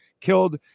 killed